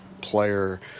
player